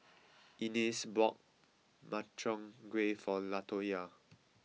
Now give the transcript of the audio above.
Inez bought Makchang Gui for Latoyia